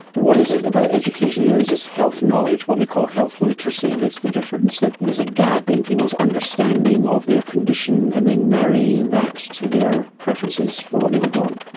what is it about education here? is this health knowledge, what they call health literacy that's the difference, that there is a gap in people's understanding of their condition and then marrying that to their preferences for what they would want?